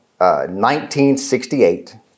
1968